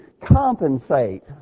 compensate